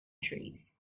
trees